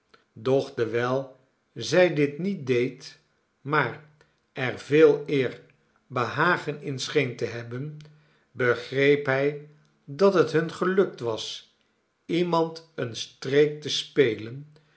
doch dewijl zij dit niet deed maar er veeleer behagen in scheen te hebben begreep hij dat het hun gelukt was iemand een street te spelen